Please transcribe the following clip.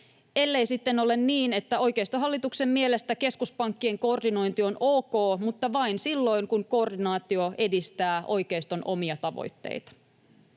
ellei sitten ole niin, että oikeistohallituksen mielestä keskuspankkien koordinointi on ok mutta vain silloin, kun koordinaatio edistää oikeiston omia tavoitteita.